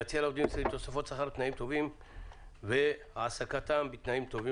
להציע לעובדים תוספות שכר ותנאים טובים והעסקתם בתנאים טובים.